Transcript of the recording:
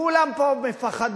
כולם פה מפחדים,